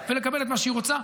ולקבל את מה שהיא רוצה.